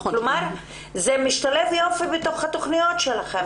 כלומר זה משתלב טוב בתוך התכניות שלכם.